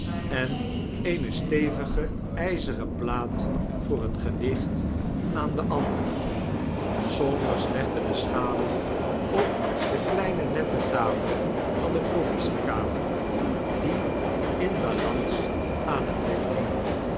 en eene stevige yzeren plaat voor het gewicht aan de andere saunders legde de schalen op de kleine nette tafel van de provisiekamer die in balans aan het dek hing